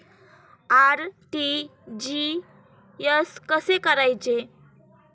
RTGS कसे करायचे?